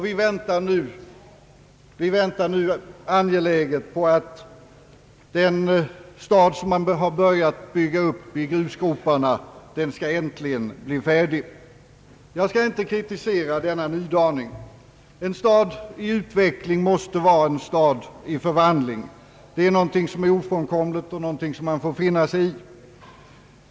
Vi väntar nu ivrigt på att den stad, som man har börjat bygga upp i grusgroparna, äntligen skall bli färdig. Jag skall inte kritisera denna nydaning. En stad i utveckling måste vara en stad i förvandling — det är någonting ofrånkomligt, något som man får finna sig i.